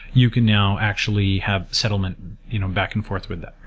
you can now actually have settlement you know back and forth with that.